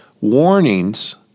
Warnings